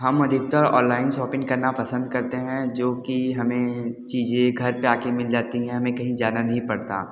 हम अधिकतर online shopping करना पसंद करते हैं जो कि हमें चीजें घर पर आ कर मिल जाती हैं हमें कहीं जाना नहीं पड़ता